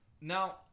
Now